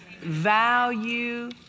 Value